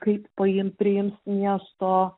kaip paim priims miesto